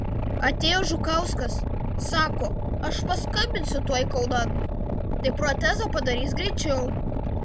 atėjo žukauskas sako aš paskambinsiu tuoj kaunan tai protezą padarys greičiau